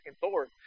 Thor